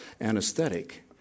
anesthetic